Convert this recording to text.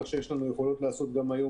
כך שיש לנו היום יכולת לערוך 70,000